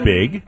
Big